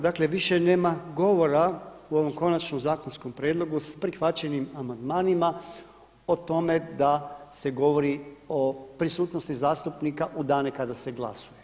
Dakle, više nema govora u ovom konačnom zakonskom prijedlogu s prihvaćenim amandmanima o tome da se govori o prisutnosti zastupnika u dane kada se glasuje.